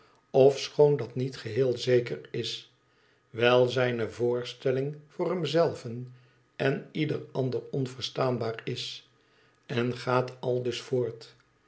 ofschoon dat niet geheel zeker is wijl zijne voorstelling voor hem zelven en ieder ander onverstaanbaar is en gaat aldus voort